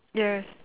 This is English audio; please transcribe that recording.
yes